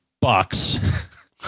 bucks